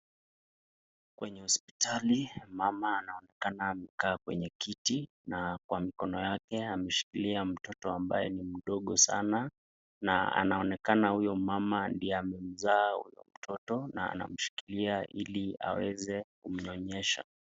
Kwenye hospitali mama anaonekana amekaa kwenye kiti na kwa mkono yake ameshikilia mtoto ambaye ni mdogo sana na anaonekana huyo mama ndiye amemzaa huyo mtoto na anamshikilia ili aweze kumnyonyesha.